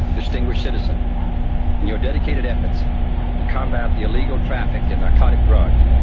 distinguished citizen. in your dedicated efforts to combat the illegal traffic in narcotic drugs,